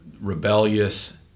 rebellious